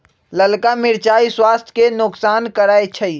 ललका मिरचाइ स्वास्थ्य के नोकसान करै छइ